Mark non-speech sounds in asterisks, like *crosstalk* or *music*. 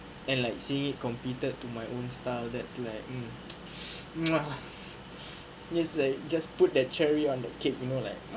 and like seeing it competed to my own style that's like mm *noise* muah this is like just put that cherry on the cake you know like